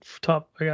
top